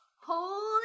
Holy